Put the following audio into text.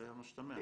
זה המשתמע.